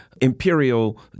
imperial